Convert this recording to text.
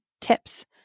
TIPS